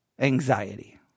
Anxiety